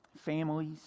families